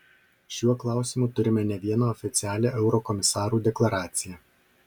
šiuo klausimu turime ne vieną oficialią eurokomisarų deklaraciją